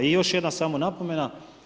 I još jedna samo napomena.